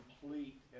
complete